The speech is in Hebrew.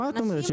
מה את אומרת?